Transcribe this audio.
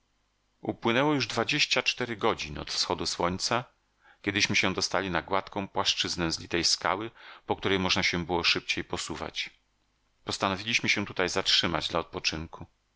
upłynęło już dwadzieścia cztery godzin od wschodu słońca kiedyśmy się dostali na gładką płaszczyznę z litej skały po której można się było szybciej posuwać postanowiliśmy się tutaj zatrzymać dla odpoczynku